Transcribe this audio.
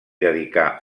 dedicà